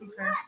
Okay